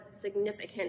significant